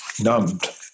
numbed